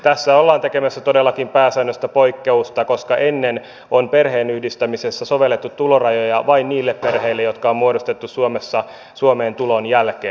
tässä ollaan tekemässä todellakin pääsääntöä poikkeuksesta koska ennen on perheenyhdistämisessä sovellettu tulorajoja vain niille perheille jotka on muodostettu suomessa suomeen tulon jälkeen